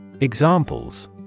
Examples